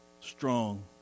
Strong